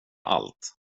allt